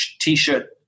T-shirt